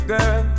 Girl